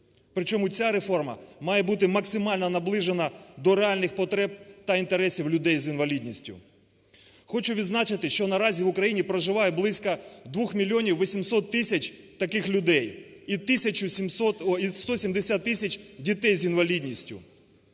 Причому ця реформа має бути максимально наближена до реальних потреб та інтересів людей з інвалідністю. Хочу відзначити, що наразі в Україні проживає близько 2 мільйонів 800 тисяч таких людей і тисячу… і 170 тисяч дітей з інвалідністю..